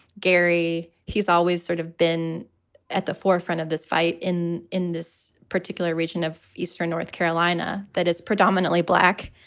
gary, he's always sort of been at the forefront of this fight in in this particular region of eastern north carolina that is predominantly black.